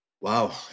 Wow